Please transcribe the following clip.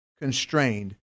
constrained